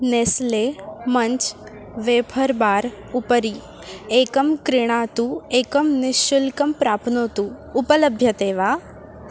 Nestle Munch wafer bar उपरि एकं क्रीणातु एकं निःशुल्कं प्राप्नोतु उपलभ्यते वा